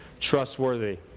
trustworthy